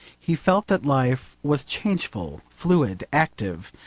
he felt that life was changeful, fluid, active,